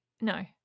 No